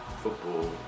football